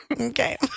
Okay